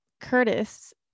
Curtis